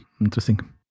interesting